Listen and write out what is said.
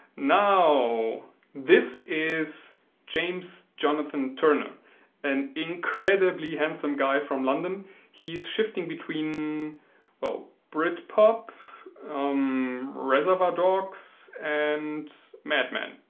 now this is james jonathan turner an incredibly handsome guy from london he's shifting between well brit pop um reservoir dogs and mad men